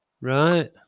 Right